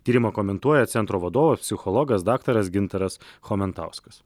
tyrimą komentuoja centro vadovas psichologas daktaras gintaras chomentauskas